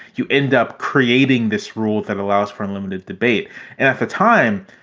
you end up creating this rule that allows for unlimited debate. and at the time,